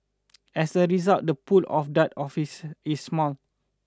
as a result the pool of dart officers is small